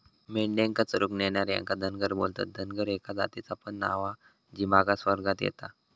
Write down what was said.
मेंढ्यांका चरूक नेणार्यांका धनगर बोलतत, धनगर एका जातीचा पण नाव हा जी मागास वर्गात येता